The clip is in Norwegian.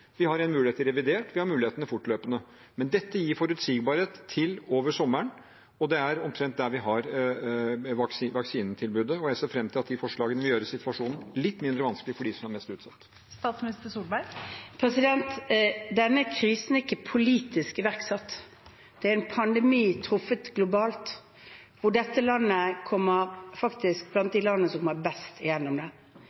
Vi har en mulighet i revidert, og vi har muligheter fortløpende. Men dette gir forutsigbarhet til over sommeren, og det er omtrent da vi har vaksinetilbudet. Jeg ser fram til at disse forslagene vil gjøre situasjonen litt mindre vanskelig for dem som er mest utsatt. Denne krisen er ikke politisk iverksatt. Det er en pandemi som har truffet globalt. Og dette landet er faktisk blant